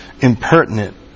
impertinent